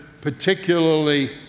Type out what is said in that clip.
particularly